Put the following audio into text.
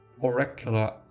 oracular